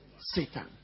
Satan